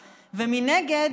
מנגד,